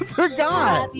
forgot